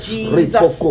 Jesus